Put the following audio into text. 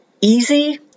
easy